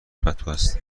پتوهست